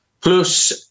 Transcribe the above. Plus